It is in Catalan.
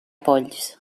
polls